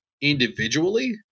individually